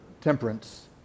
temperance